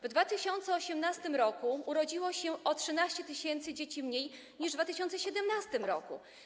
W 2018 r. urodziło się o 13 tys. dzieci mniej niż w 2017 r.